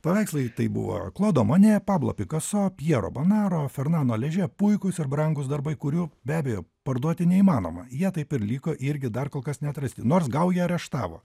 paveikslai tai buvo klodo mone pablo picasso pjero bonaro fernando ležė puikūs ir brangūs darbai kurių be abejo parduoti neįmanoma jie taip ir liko irgi dar kol kas neatrasti nors gaują areštavo